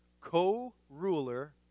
co-ruler